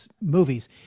movies